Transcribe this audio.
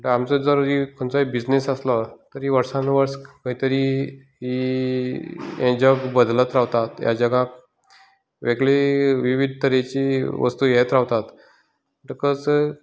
म्हणटकच आमचो जर कसलोय बिजनेस आसलो तरी वर्सान वर्स खंयतरी की हें जग बदलत रावता ह्या जगाक वेगळी विवीद तरेची वस्तू येत रावतात म्हणटकच